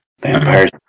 Vampires